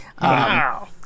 Wow